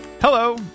Hello